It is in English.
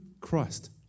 Christ